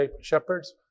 shepherds